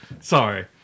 Sorry